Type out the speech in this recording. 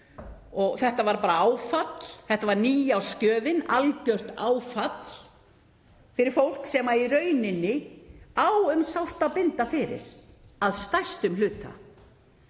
og þetta var bara áfall. Þetta var nýársgjöfin, algjört áfall fyrir fólk sem á um sárt að binda fyrir, að stærstum hluta.